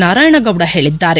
ನಾರಾಯಣಗೌಡ ಹೇಳಿದ್ದಾರೆ